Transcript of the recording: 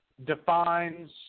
defines